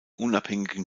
unabhängigen